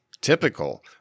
Typical